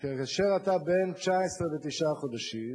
כאשר אתה בן 19 ותשעה חודשים,